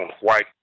white